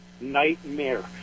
nightmare